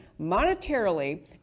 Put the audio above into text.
monetarily